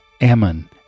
ammon